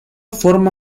forma